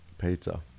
pizza